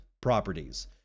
properties